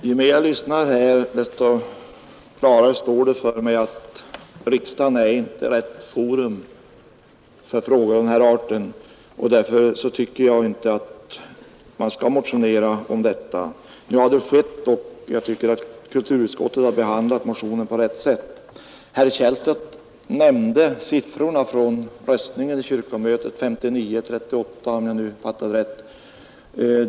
Herr talman! Ju mer jag lyssnar här, desto klarare står det för mig att riksdagen inte är rätt forum för frågor av den här arten, och därför tycker jag inte att man skall motionera om detta. Nu har det skett, och jag tycker att kulturutskottet har behandlat motionen på rätt sätt. Herr Källstad nämnde siffrorna från kyrkomötet — 59 mot 38, om jag nu fattade rätt.